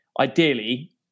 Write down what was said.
ideally